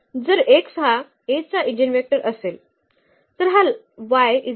जर x हा A चा एजीनवेक्टर असेल